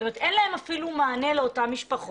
זאת אומרת, אין להם מענה לאותן משפחות.